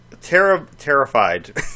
terrified